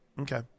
Okay